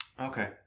Okay